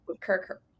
Kirk